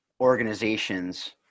organizations